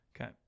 Okay